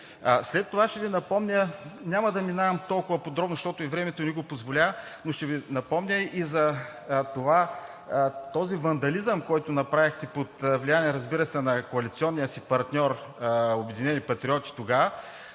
за социално осигуряване. Няма да минавам толкова подробно, защото и времето не го позволява, но ще Ви напомня и за този вандализъм, който направихте под влияние, разбира се, на коалиционния си партньор „Обединени патриоти“ тогава,